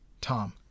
Tom